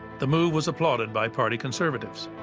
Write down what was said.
the move was applauded by party conservatives.